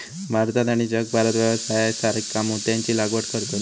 भारतात आणि जगभरात व्यवसायासाकारता मोत्यांची लागवड करतत